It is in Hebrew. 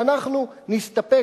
ואנחנו נסתפק,